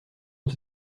ont